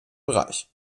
bereich